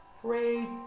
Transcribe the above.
Praise